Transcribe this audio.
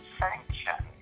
sanction